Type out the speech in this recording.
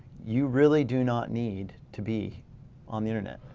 you really do not need to be on the internet.